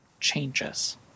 changes